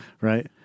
right